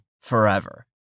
forever